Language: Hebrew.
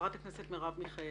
חברת הכנסת מרב מיכאלי.